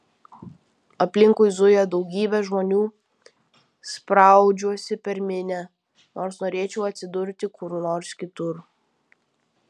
aplinkui zuja daugybė žmonių spraudžiuosi per minią nors norėčiau atsidurti kur nors kitur